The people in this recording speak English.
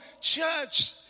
church